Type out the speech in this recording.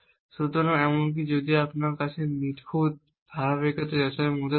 সুতরাং এমনকি যদি আপনার কাছে নিখুঁত ধারাবাহিকতা যাচাইয়ের মধ্যে থাকে